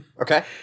Okay